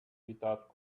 without